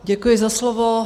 Děkuji za slovo.